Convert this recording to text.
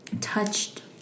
touched